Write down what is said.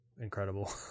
incredible